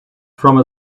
from